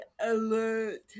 alert